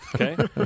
okay